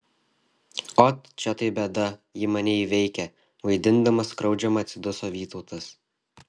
ot čia tai bėda ji mane įveikia vaidindamas skriaudžiamą atsiduso vytautas